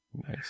Nice